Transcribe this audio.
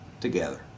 together